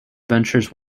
ventures